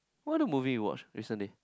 what other movie you watch recently